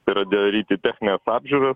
tai yra daryti technines apžiūras